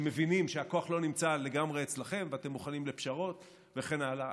שהכוח לא נמצא לגמרי אצלכם ואתם מוכנים לפשרות וכן הלאה.